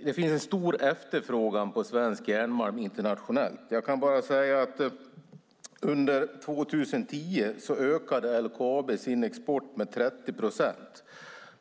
Det finns en stor efterfrågan på svensk järnmalm internationellt. Jag kan bara säga att LKAB under 2010 ökade sin export med 30 procent.